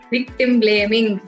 Victim-blaming